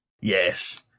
Yes